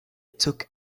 took